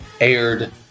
aired